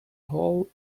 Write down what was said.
hole